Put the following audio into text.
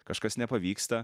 kažkas nepavyksta